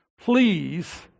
please